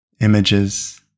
Images